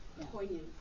Poignant